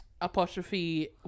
apostrophe